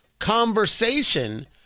conversation